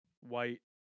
White